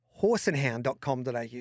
horseandhound.com.au